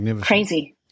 crazy